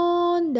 on